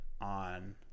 on